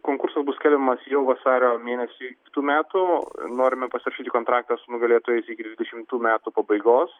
konkursas bus skelbiamas jau vasario mėnesį tų metų norime pasirašyti kontraktą su nugalėtojais iki dvidešimtų metų pabaigos